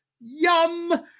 yum